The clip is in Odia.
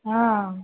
ହଁ